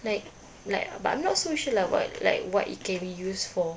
like like but I'm not so sure lah but like what it can be use for